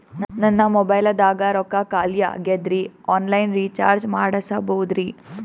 ನನ್ನ ಮೊಬೈಲದಾಗ ರೊಕ್ಕ ಖಾಲಿ ಆಗ್ಯದ್ರಿ ಆನ್ ಲೈನ್ ರೀಚಾರ್ಜ್ ಮಾಡಸ್ಬೋದ್ರಿ?